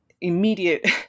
immediate